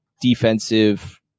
defensive